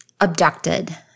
abducted